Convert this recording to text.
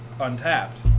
untapped